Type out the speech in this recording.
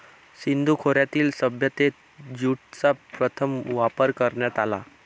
सिंधू खोऱ्यातील सभ्यतेत ज्यूटचा प्रथम वापर करण्यात आला